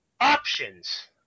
options